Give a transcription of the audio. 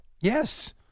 Yes